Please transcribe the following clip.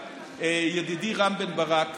ידידי רם בן ברק,